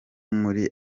muri